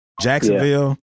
Jacksonville